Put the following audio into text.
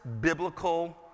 biblical